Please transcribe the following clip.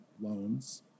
loans